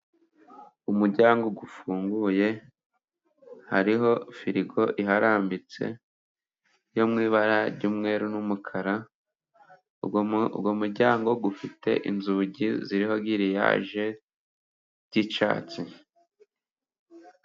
Umuryango ufunguye hariho firigo iharambitse yo mu ibara ry'umweru n'umukara, uwo muryango ufite inzugi ziriho giriyaje z'icyatsi.